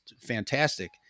fantastic